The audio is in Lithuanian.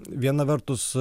viena vertus